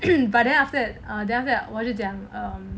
but then after that err after that 我就讲 err